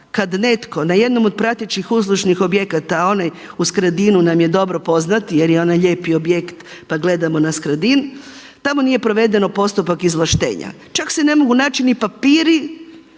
kada netko na jednom od pratećih uslužnih objekata, a onaj u Skradinu nam je dobro poznat jer je onaj lijepi objekt pa gledamo na Skradin, tamo nije proveden postupak izvlaštenja, čak se ne mogu naći ni papiri